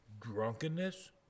drunkenness